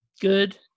Good